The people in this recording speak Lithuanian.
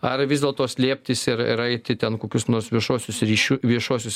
ar vis dėlto slėptis ir ir eiti ten kokius nors viešuosius ryšių viešuosius